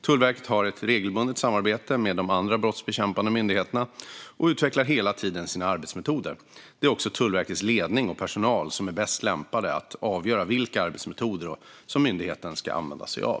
Tullverket har ett regelbundet samarbete med de andra brottsbekämpande myndigheterna och utvecklar hela tiden sina arbetsmetoder. Det är också Tullverkets ledning och personal som är bäst lämpade att avgöra vilka arbetsmetoder som myndigheten ska använda sig av.